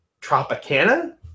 Tropicana